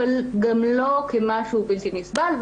אבל גם לא כמשהו בלתי נסבל.